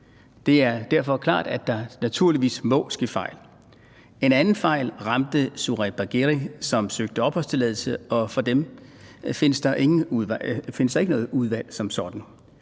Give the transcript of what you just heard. det er derfor klart, at der naturligvis må ske fejl. En anden fejl ramte Zohreh Bagheri, som søgte opholdstilladelse, men for dem findes der ikke noget udvalg som sådan.